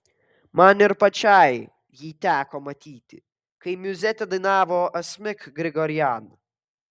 man ir pačiai jį teko matyti kai miuzetę dainavo asmik grigorian